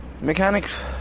Mechanics